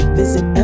visit